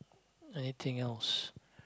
anything else